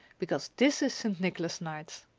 because this is st. nicholas night.